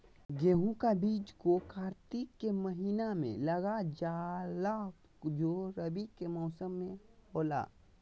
गेहूं का बीज को कार्तिक के महीना में लगा जाला जो रवि के मौसम में होला